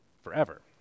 forever